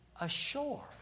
Ashore